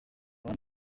bari